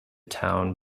town